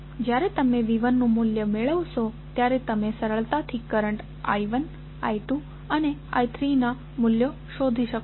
જ્યારે તમે V1 નું મૂલ્ય મેળવશો ત્યારે તમે સરળતાથી કરંટ I1 I2 અને I3 ના મૂલ્યો શોધી શકો છો